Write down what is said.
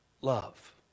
Love